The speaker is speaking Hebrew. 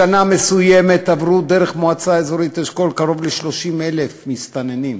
בשנה מסוימת עברו דרך מועצה אזורית אשכול קרוב ל-30,000 מסתננים,